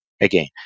again